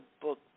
book